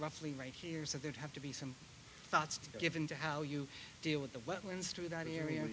roughly right here so there have to be some thoughts given to how you deal with the wetlands through that area